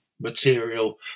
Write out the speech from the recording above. material